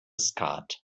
skat